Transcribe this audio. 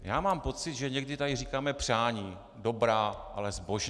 Já mám pocit, že někdy tady říkáme přání dobrá, ale zbožná.